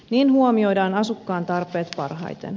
niin huomioidaan asukkaan tarpeet parhaiten